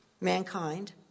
mankind